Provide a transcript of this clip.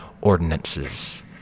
ordinances